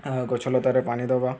ଆଉ ଗଛ ଲତାରେ ପାଣି ଦେବା